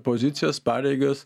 pozicijas pareigas